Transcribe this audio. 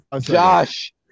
Josh